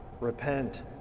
Repent